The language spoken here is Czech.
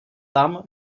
tam